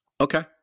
Okay